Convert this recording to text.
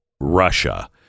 Russia